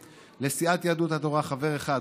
לסיעת יהדות התורה חבר אחד,